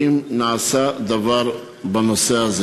האם נעשה דבר בנושא?